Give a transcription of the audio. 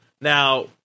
Now